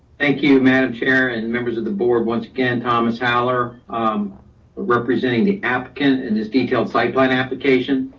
thank you, madam chair and members of the board. once again, thomas holler um representing the applicant in this detailed site plan application.